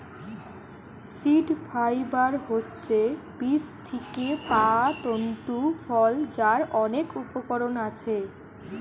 seed fibre হচ্ছে বীজ থিকে পায়া তন্তু ফল যার অনেক উপকরণ আছে